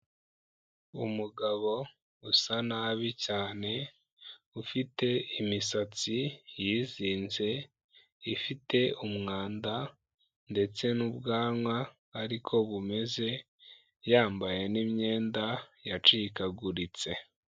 Umugabo usa nabi cyane, ufite imisatsi yizinze, ifite umwanda ndetse n'ubwanwa ariko bumeze, yambaye n'imyenda yacikaguritse.